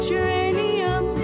uranium